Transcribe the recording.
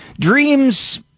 Dreams